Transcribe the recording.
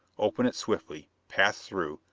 open it swiftly, pass through,